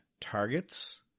targets